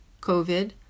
COVID